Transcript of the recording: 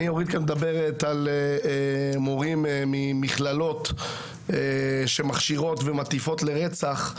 אורית כאן מדברת על מורים ממכללות שמכשירות ומטיפות לרצח.